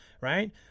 Right